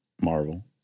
Marvel